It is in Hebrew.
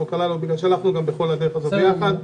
החוק הללו בגלל שבכל הדרך הזו אנחנו ביחד.